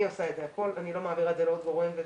אני עושה את הכול ולא מעבירה את זה לעוד גורם.